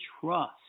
trust